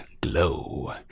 glow